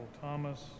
thomas